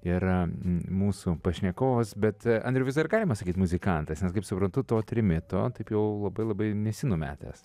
yra mūsų pašnekovas bet andriau vis dar galima sakyt muzikantas nes kaip suprantu to trimito taip jau labai labai nesi numetęs